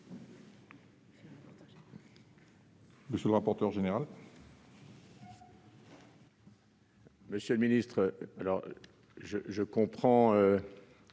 M. le rapporteur général. Monsieur le ministre, je comprends,